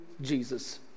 Jesus